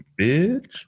bitch